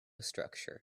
structure